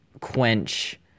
quench